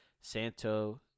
Santo